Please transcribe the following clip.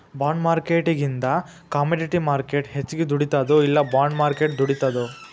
ಬಾಂಡ್ಮಾರ್ಕೆಟಿಂಗಿಂದಾ commodity market ಹೆಚ್ಗಿ ದುಡಿತದೊ ಇಲ್ಲಾ ಬಾಂಡ್ ಮಾರ್ಕೆಟ್ ದುಡಿತದೊ?